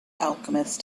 alchemist